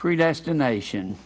predestination